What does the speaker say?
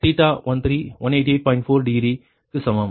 4 degree க்கு சமம்